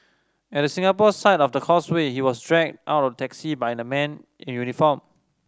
at the Singapore side of the causeway he was dragged out of a taxi by the men in uniform